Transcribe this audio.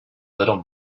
little